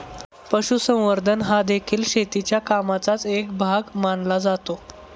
पशुसंवर्धन हादेखील शेतीच्या कामाचाच एक भाग मानला जातो